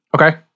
Okay